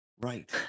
right